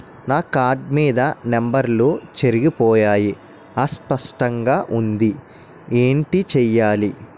నా కార్డ్ మీద నంబర్లు చెరిగిపోయాయి అస్పష్టంగా వుంది ఏంటి చేయాలి?